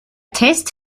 test